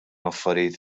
affarijiet